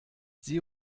sie